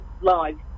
live